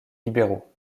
libéraux